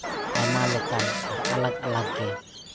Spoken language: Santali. ᱟᱭᱢᱟ ᱞᱮᱠᱟᱱ ᱟᱨ ᱟᱞᱟᱜᱽ ᱟᱞᱟᱜᱽ ᱜᱮ